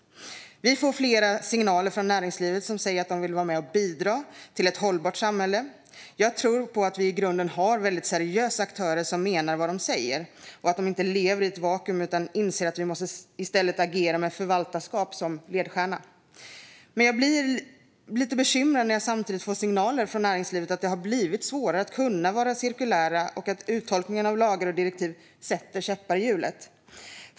Vi får flera signaler från näringslivet som säger att de vill vara med och bidra till ett hållbart samhälle. Jag tror på att vi i grunden har väldigt seriösa aktörer som menar vad de säger. De lever inte i ett vakuum utan inser att de i stället måste agera med förvaltarskap som en ledstjärna. Jag blir lite bekymrad när jag samtidigt får signaler från näringslivet om att det har blivit svårare att vara cirkulär och att tolkningen av lagar och direktiv sätter käppar i hjulet.